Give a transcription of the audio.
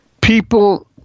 people